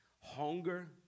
hunger